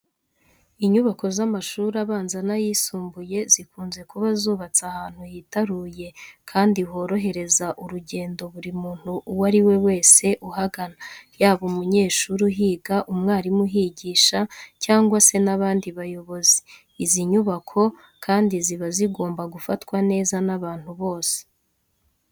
Inyubako z'amashuri abanza n'ayisumbuye zikunze kuba zubatse ahantu hitaruye kandi horohereza urugendo buri muntu uwo ari we wese uhagana, yaba umunyeshuri uhiga, umwarimu uhigisha cyangwa se n'abandi bayobozi. Izi nyubako kandi ziba zigomba gufatwa neza n'abantu bose.